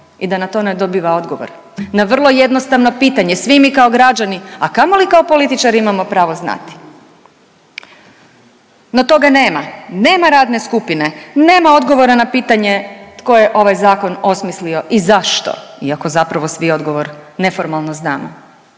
i da na to ne dobiva odgovor na vrlo jednostavna pitanja i svi mi kao građani, a kamoli kao političari imamo pravo znati. No toga nema, nema radne skupine, nema odgovora na pitanje tko je ovaj zakon osmislio i zašto iako zapravo svi odgovor neformalno znamo,